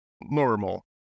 normal